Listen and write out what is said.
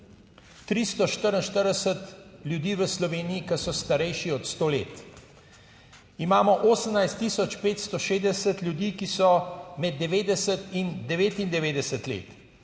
344 ljudi v Sloveniji, ki so starejši od sto let, imamo 18 tisoč 560 ljudi, ki so med 90 in 99 let